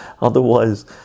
Otherwise